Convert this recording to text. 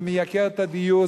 זה מייקר את הדיור,